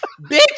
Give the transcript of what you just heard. bitch